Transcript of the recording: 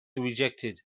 rejected